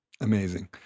Amazing